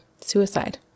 suicide